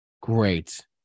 great